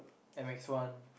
at Macs one